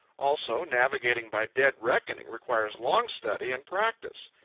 also, navigating by dead reckoning requires long study and practice.